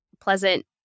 pleasant